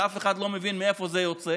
שאף אחד לא מבין מאיפה זה יוצא,